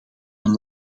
een